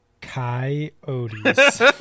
coyotes